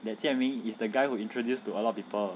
that jian ming is the guy who introduced to a lot of people